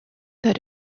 that